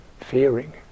fearing